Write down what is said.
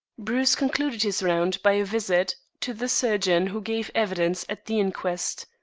bruce concluded his round by a visit to the surgeon who gave evidence at the inquest.